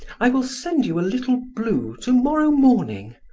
i will send you a little blue to-morrow morning.